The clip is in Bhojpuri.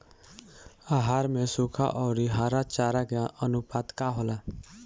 आहार में सुखा औरी हरा चारा के आनुपात का होला?